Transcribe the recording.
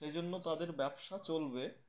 সেই জন্য তাদের ব্যবসা চলবে